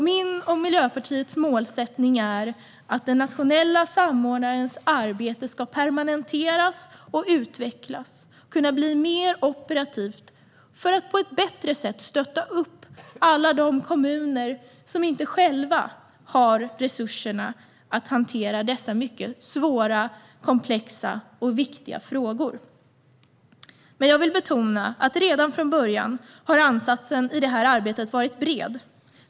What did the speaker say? Min och Miljöpartiets målsättning är att den nationella samordnarens arbete ska permanentas, utvecklas och kunna bli mer operativt för att på ett bättre sätt stötta alla de kommuner som inte själva har resurserna att hantera dessa mycket svåra, komplexa och viktiga frågor. Jag vill dock betona att redan från början har ansatsen i det här arbetet varit bred.